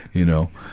you know.